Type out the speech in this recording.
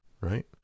right